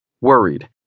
worried